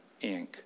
Inc